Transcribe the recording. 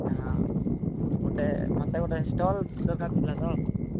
ହାଁ ଗୋଟେ ମୋତେ ଗୋଟେ ଷ୍ଟଲ୍ ଦରକାର ଥିଲା ତ